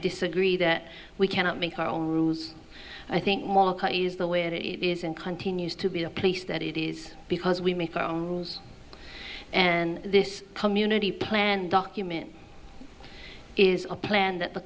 disagree that we cannot make our own rules i think is the way it is and continues to be a place that it is because we make our own and this community plan document is a plan that the